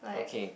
okay